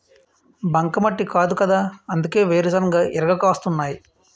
బంకమట్టి కాదుకదా అందుకే వేరుశెనగ ఇరగ కాస్తున్నాయ్